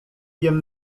jem